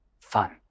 fun